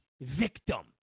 victim